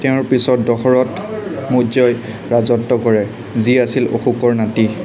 তেওঁৰ পিছত দশৰথ মৌৰ্যই ৰাজত্ব কৰে যি আছিল অশোকৰ নাতি